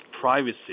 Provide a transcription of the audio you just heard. privacy